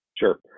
Sure